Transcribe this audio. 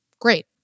great